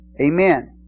Amen